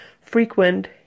frequent